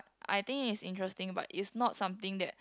I think is interesting but is not something that